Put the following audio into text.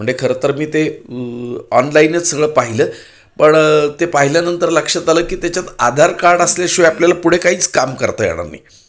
म्हणजे खरं तर मी ते ऑनलाईनच सगळं पाहिलं पण ते पाहिल्यानंतर लक्षात आलं की त्याच्यात आधार कार्ड असल्याशिवाय आपल्याला पुढे काहीच काम करता येणार नाही